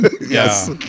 yes